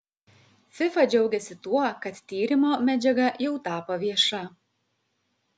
fifa džiaugiasi tuo kad tyrimo medžiaga jau tapo vieša